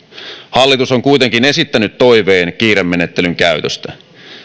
hallitus on kuitenkin esittänyt toiveen kiiremenettelyn käytöstä